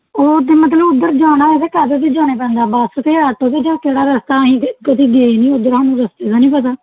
ਉਹ ਤਾਂ ਮਤਲਬ ਉੱਧਰ ਜਾਣਾ ਹੋਵੇ ਕਾਹਦੇ 'ਤੇ ਜਾਣਾ ਪੈਂਦਾ ਬੱਸ 'ਤੇ ਆਟੋ 'ਤੇ ਜਾਂ ਕਿਹੜਾ ਰਸਤਾ ਅਸੀਂ ਕਦੇ ਗਏ ਨਹੀਂ ਉੱਧਰ ਸਾਨੂੰ ਰਸਤੇ ਦਾ ਨਹੀਂ ਪਤਾ